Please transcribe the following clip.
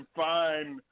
fine